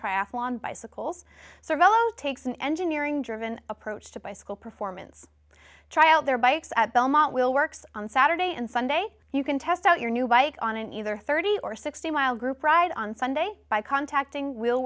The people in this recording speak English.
triathlon bicycles so both takes an engineering driven approach to bicycle performance try out their bikes at belmont will works on saturday and sunday you can test out your new bike on an either thirty or sixty mile group ride on sunday by contacting will